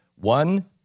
One